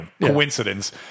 coincidence